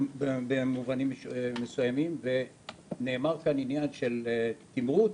במובנים מסוימים ונאמר כאן העניין של תמרוץ,